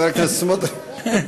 חבר הכנסת סמוטריץ?